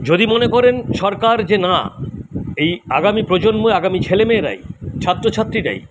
যদি মনে করেন সরকার যে না এই আগামী প্রজন্ম আগামী ছেলেমেয়েরাই ছাত্রছাত্রীরাই